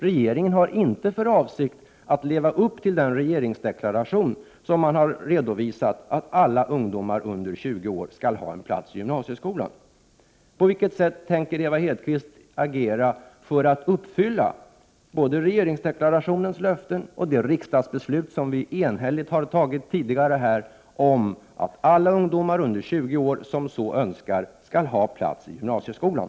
Regeringen har inte för avsikt att leva upp till den regeringsdeklaration där man har redovisat att alla ungdomar under 20 år skall få en plats i gymnasieskolan. På vilket sätt tänker Ewa Hedkvist Petersen agera för att uppfylla både regeringsdeklarationens löften och intentionerna i det enhälliga riksdagsbeslut som vi tidigare har fattat om att alla ungdomar under 20 år, som så önskar, skall få en plats i gymnasieskolan?